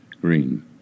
Green